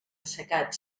assecat